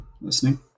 listening